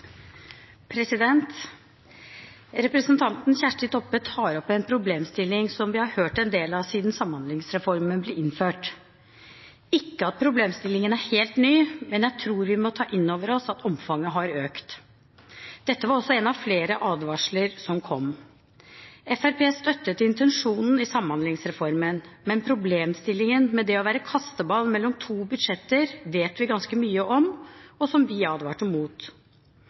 problemstilling som vi har hørt en del om siden Samhandlingsreformen ble innført. Det er ikke det at problemstillingen er helt ny, men jeg tror vi må ta inn over oss at omfanget har økt. Dette var også en av flere advarsler som kom. Fremskrittspartiet støttet intensjonen i Samhandlingsreformen, men problemstillingen ved det å være kasteball mellom to budsjetter vet vi ganske mye om, og som vi advarte mot.